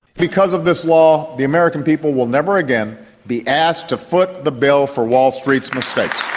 because of this law the american people will never again be asked to foot the bill for wall street's mistakes.